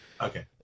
Okay